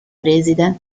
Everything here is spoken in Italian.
preside